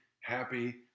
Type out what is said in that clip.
happy